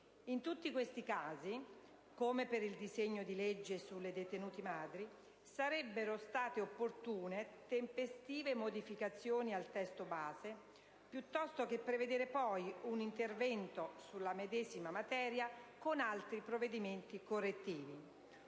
In tutti questi casi, come per il disegno di legge sulle detenute madri, sarebbero state opportune tempestive modificazioni al testo base piuttosto che prevedere poi un intervento, sulla medesima materia, con altri provvedimenti correttivi.